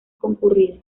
concurridas